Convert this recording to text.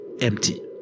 Empty